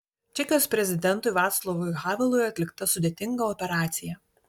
čekijos prezidentui vaclavui havelui atlikta sudėtinga operacija